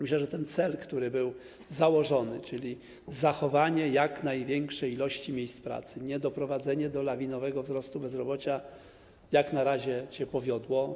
Myślę, że ten cel, który był założony, czyli zachowanie jak największej liczby miejsc pracy, niedoprowadzenie do lawinowego wzrostu bezrobocia, na razie udało się osiągnąć.